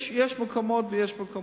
יש מקומות ויש מקומות.